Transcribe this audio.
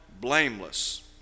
blameless